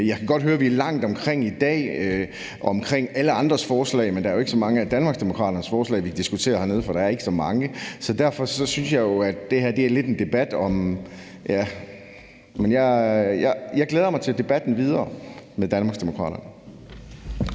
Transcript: Jeg kan godt høre, at vi er langt omkring i dag i forhold til alle andres forslag, men det er jo ikke så mange af Danmarksdemokraternes forslag, vi diskuterer hernede, for der er ikke så mange. Så derfor synes jeg jo, at det her lidt er en debat om ... ja, men jeg glæder mig til den videre debat med Danmarksdemokraterne.